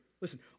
Listen